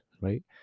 right